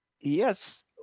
yes